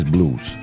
Blues